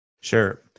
Sure